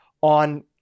on